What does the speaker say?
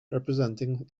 representing